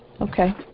Okay